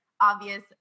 obvious